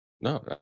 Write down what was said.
No